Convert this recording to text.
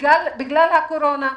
בגלל הקורונה,